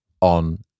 on